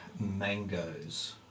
mangoes